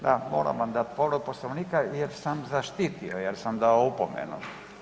Da moram vam dati povredu Poslovnika, jer sam zaštitio jer sam dao opomenu.